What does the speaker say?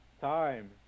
time